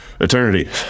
eternity